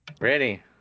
Ready